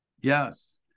Yes